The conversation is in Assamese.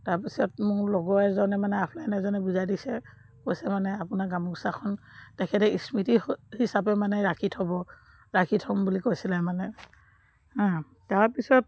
তাৰপিছত মোৰ লগৰ এজনে মানে আফলাইনে এজনে বুজাই দিছে কৈছে মানে আপোনাৰ গামোচাখন তেখেতে স্মৃতি হিচাপে মানে ৰাখি থ'ব ৰাখি থ'ম বুলি কৈছিলে মানে তাৰপিছত